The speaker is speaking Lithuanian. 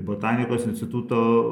botanikos instituto